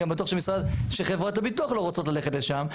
אני גם בטוח שחברות הביטוח לא רוצות ללכת לשם,